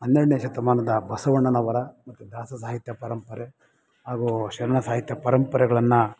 ಹನ್ನೆರ್ಡನೇ ಶತಮಾನದ ಬಸವಣ್ಣನವರ ಮತ್ತು ದಾಸ ಸಾಹಿತ್ಯ ಪರಂಪರೆ ಹಾಗೂ ಶರಣ ಸಾಹಿತ್ಯ ಪರಂಪರೆಗಳನ್ನು